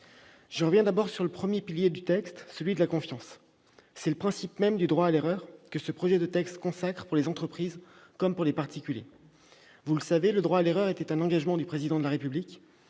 Je m'arrêterai d'abord sur le premier pilier de ce texte, celui de la confiance. C'est le principe même du droit à l'erreur que ce projet de texte consacre, pour les entreprises comme pour les particuliers. Vous le savez, le droit à l'erreur était un engagement du Président de la République.